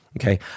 okay